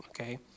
Okay